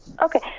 Okay